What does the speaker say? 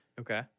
Okay